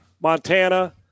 Montana